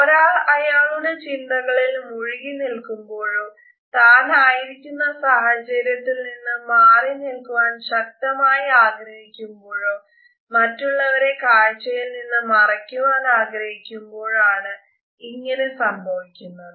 ഒരാൾ അയാളുടെ ചിന്തകളിൽ മുഴുകി നില്കുമ്പോഴോ താൻ ആയിരിക്കുന്ന സാഹചര്യത്തിൽ നിന്ന് മാറി നിൽക്കുവാൻ ശക്തമായി ആഗ്രഹിക്കുമ്പോഴോ മറ്റുള്ളവരെ കാഴ്ചയിൽ നിന്ന് മറയ്ക്കുവാൻ ആഗ്രഹിക്കുമ്പോഴോ ആണ് ഇങ്ങനെ സംഭവിക്കുന്നത്